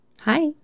Hi